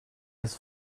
his